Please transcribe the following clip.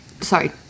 Sorry